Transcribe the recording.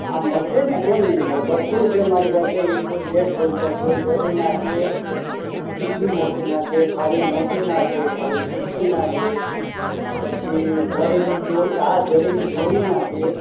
હા મળશે ને કેમ નહીં મળે બધું છે મારી પાસે એ ટુ ઝેડ સેમ્પલ છે ઝરીનાં છે ટીકી મોતીનાં છે ખાલી મોતીનાં છે ખાલી ટીકીનાં છે પછી ઝરીની દોરી હા ઝરીની દોરીનાં છે